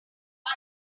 but